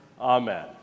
Amen